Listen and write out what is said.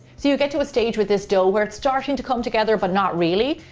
so you get to a stage with this dough where it's starting to come together but not really,